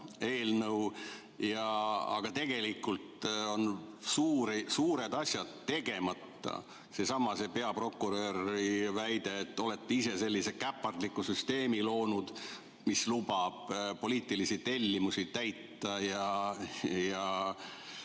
eelnõu. Aga tegelikult on suured asjad tegemata. Seesama peaprokuröri väide, et te olete ise sellise käpardliku süsteemi loonud, mis lubab poliitilisi tellimusi täita ja